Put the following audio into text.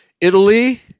Italy